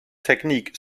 technique